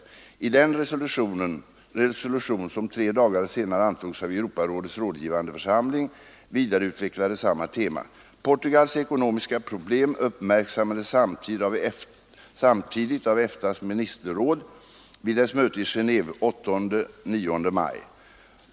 I den resolution, som tre dagar senare antogs av Europarådets rådgivande församling, vidareutvecklades samma tema. Portugals ekonomiska problem uppmärksammades samtidigt av EF TA:s ministerråd vid dess möte i Gendve den 8—9 maj.